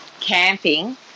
camping